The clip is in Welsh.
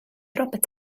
robert